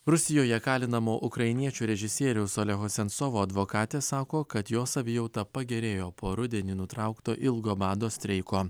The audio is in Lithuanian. rusijoje kalinamo ukrainiečių režisieriaus olego sentsovo advokatė sako kad jo savijauta pagerėjo po rudenį nutraukto ilgo bado streiko